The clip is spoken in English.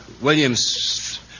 William's